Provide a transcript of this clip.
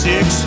Six